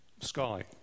sky